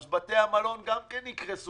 אז בתי המלון גם כן יקרסו,